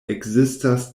ekzistas